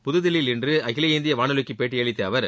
புதுதில்லியில் இன்று அகில இந்திய வானொலிக்கு பேட்டியளித்த அவர்